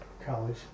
college